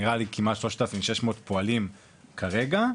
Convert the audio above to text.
נראה לי כמעט 3,600 פועלים כרגע,